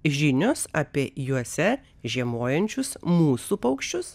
žinios apie juose žiemojančius mūsų paukščius